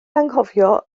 anghofio